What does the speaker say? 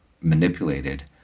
manipulated